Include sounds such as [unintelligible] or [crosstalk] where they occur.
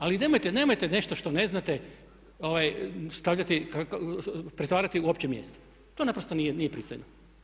Ali nemojte, nemojte nešto što ne znate stavljati, pretvarati u opće … [unintelligible] To naprosto nije pristojno.